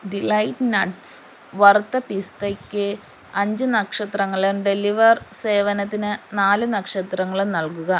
delight nuts വറുത്ത പിസ്തക്ക് അഞ്ച് നക്ഷത്രങ്ങളും ഡെലിവർ സേവനത്തിന് നാല് നക്ഷത്രങ്ങളും നൽകുക